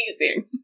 amazing